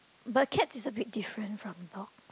but cats is a big different from dogs